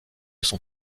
son